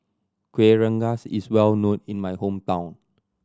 Kueh Rengas is well known in my hometown